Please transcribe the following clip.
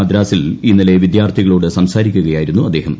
മദ്രാസിൽ ഇന്നലെ വിദ്യാർത്ഥികളോട് സംസാരിക്കുകയായിരുന്നു അദ്ദേഹം